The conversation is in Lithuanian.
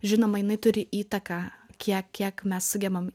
žinoma jinai turi įtaką kiek kiek mes sugebam